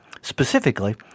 Specifically